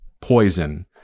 poison